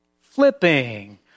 flipping